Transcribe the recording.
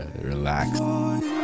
relax